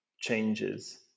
changes